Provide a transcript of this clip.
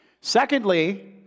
Secondly